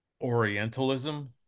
Orientalism